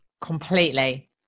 Completely